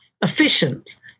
efficient